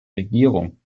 regierung